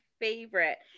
favorite